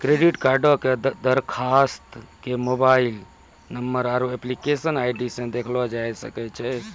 credit कार्डो के दरखास्त के मोबाइल नंबर आरु एप्लीकेशन आई.डी से देखलो जाय सकै छै